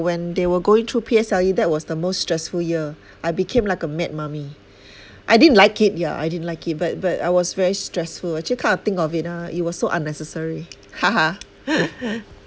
when they were going through P_S_L_E that was the most stressful year I became like a mad mummy I didn't like it ya I didn't like it but but I was very stressful actually come to think of it ah it was so unnecessary haha